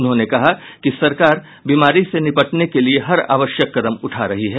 उन्होंने कहा कि सरकार बीमारी से निपटने के लिए हर आवश्यक कदम उठा रही है